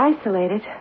isolated